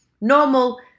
normal